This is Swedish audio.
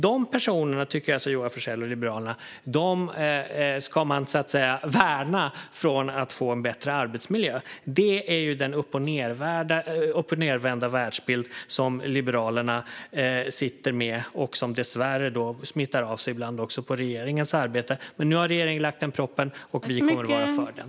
Dessa personer ska man värna från att få en bättre arbetsmiljö, tycker Joar Forssell och Liberalerna. Detta är den uppochnedvända världsbild som Liberalerna sitter på, och dessvärre smittar den av sig på regeringens arbete. Nu har dock regeringen lagt fram denna proposition, och vi kommer att vara för den.